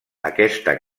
aquesta